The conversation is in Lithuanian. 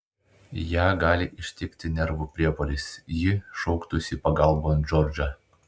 ją gali ištikti nervų priepuolis ji šauktųsi pagalbon džordžą